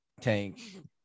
Tank